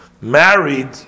married